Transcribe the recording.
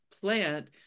plant